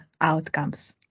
outcomes